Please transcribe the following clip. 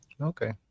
Okay